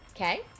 Okay